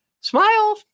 Smile